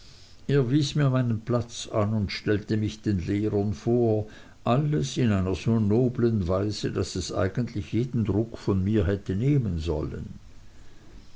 er wies mir meinen platz an und stellte mich den lehrern vor alles in einer so noblen weise daß es eigentlich jeden druck hätte von mir nehmen sollen